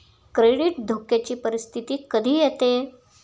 credit धोक्याची परिस्थिती कधी येते